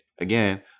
again